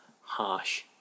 harsh